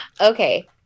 okay